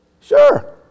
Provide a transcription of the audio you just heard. Sure